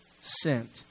sent